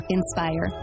Inspire